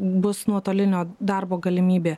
bus nuotolinio darbo galimybė